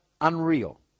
unreal